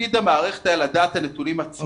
ותפקיד המערכת היה לדעת את הנתונים עצמם.